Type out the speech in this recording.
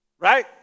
Right